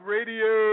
Radio